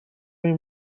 این